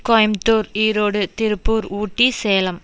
Coimbatore Erode Tiruppur Ooty Salem